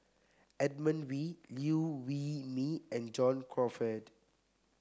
Edmund Wee Liew Wee Mee and John Crawfurd